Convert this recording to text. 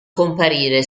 comparire